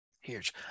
huge